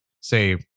say